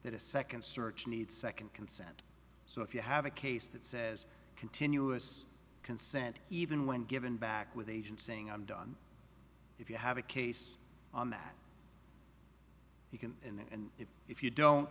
that a second search needs second consent so if you have a case that says continuous consent even when given back with agent saying i'm done if you have a case that you can and if you don't